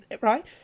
right